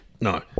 No